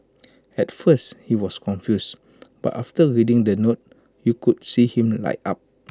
at first he was confused but after reading the note you could see him light up